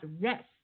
rest